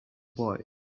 boy